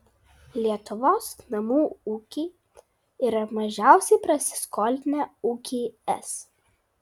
lietuvos namų ūkiai yra mažiausiai prasiskolinę ūkiai es